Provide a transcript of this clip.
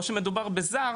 או שמדובר בעובד זר,